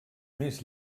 més